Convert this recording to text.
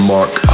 Mark